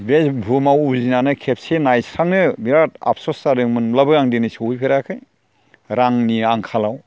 बे बुहुमाव उजिनानै खेबसे नायस्रांनो बिराद आफस'स जादोंमोनब्लाबो आं दिनै सहैफेराखै रांनि आंखालाव